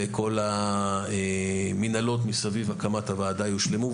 וכל המינהלות סביב הקמת הוועדה יושלמו,